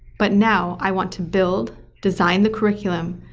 but now i want to build, design the curriculum,